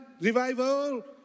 revival